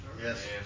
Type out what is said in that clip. Yes